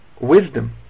wisdom